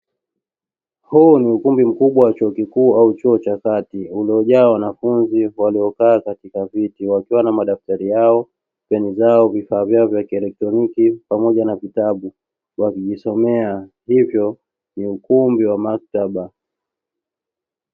Huu ni ukumbi mkubwa wa chuo kikuu au chuo cha kati uliojaa wanafunzi waliokaa katika viti, wakiwa na madaftari yao, peni zao, vifaa vyao vya kielektroniki pamoja na vitabu wakijisomea, hivyo ni ukumbi wa maktaba.